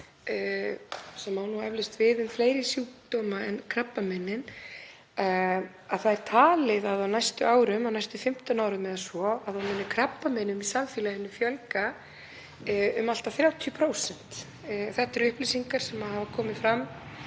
sem á eflaust við um fleiri sjúkdóma en krabbameinin, að talið er að á næstu 15 árum eða svo muni krabbameinum í samfélaginu fjölga um allt að 30%. Þetta eru upplýsingar sem hafa komið fram